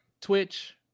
Twitch